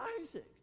Isaac